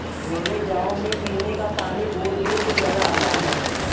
मेरे गांव में पीने का पानी बोरवेल के द्वारा आता है